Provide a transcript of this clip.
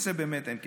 באמת אין קשר.